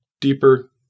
deeper